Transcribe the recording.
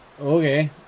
okay